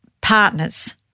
partners